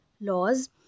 laws